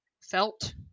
felt